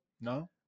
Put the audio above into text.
No